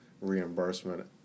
reimbursement